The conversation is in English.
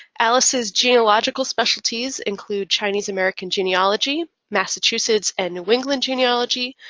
alice's genealogical specialties include chinese-american genealogy, massachusetts and new england genealogy,